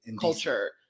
culture